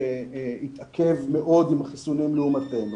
שהתעכב מאוד עם החיסונים לעומתנו.